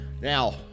now